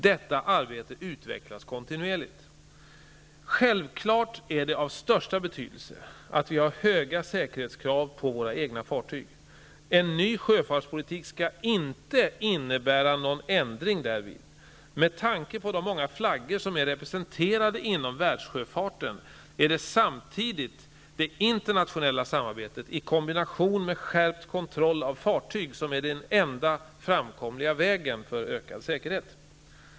Detta arbete utvecklas kontinuerligt. Självklart är det av största betydelse att vi har höga säkerhetskrav på våra egna fartyg. En ny sjöfartspolitik skall inte innebära någon ändring därvid. Med tanke på de många flaggor som är representerade inom världssjöfarten är det samtidigt det internationella samarbetet i kombination med skärpt kontroll av fartyg som är den enda framkomliga vägen för ökad säkerhet.